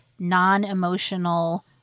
non-emotional